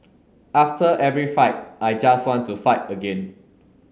after every fight I just want to fight again